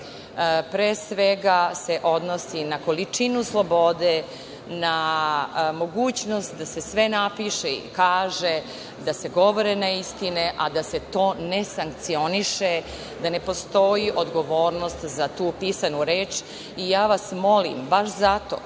svega se odnosi na količinu slobode, na mogućnost da se sve napiše i kaže, da se govore neistine, a da se to ne sankcioniše, da ne postoji odgovornost za tu pisanu reč i ja vas molim baš zato